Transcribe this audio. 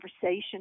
conversation